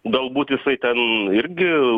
galbūt jisai ten irgi